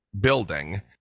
building